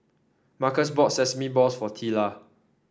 Marcus bought Sesame Balls for Teela